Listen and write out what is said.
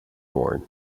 born